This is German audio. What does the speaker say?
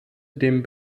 dem